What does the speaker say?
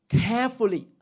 carefully